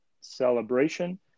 celebration